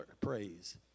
praise